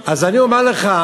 אז אני אומר לך,